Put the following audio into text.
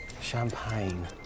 Champagne